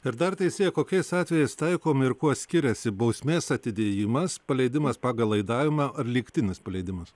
ir dar teisėja kokiais atvejais taikomi ir kuo skiriasi bausmės atidėjimas paleidimas pagal laidavimą ar lygtinis paleidimas